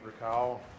recall